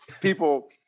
people